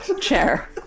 chair